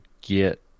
get